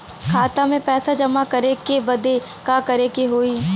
खाता मे पैसा जमा करे बदे का करे के होई?